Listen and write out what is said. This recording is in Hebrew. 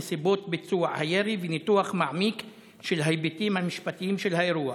נסיבות ביצוע הירי וניתוח מעמיק של ההיבטים המשפטיים של האירוע.